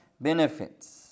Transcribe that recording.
benefits